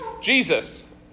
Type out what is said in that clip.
Jesus